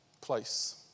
place